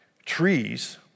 Trees